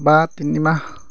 বা তিনিমাহ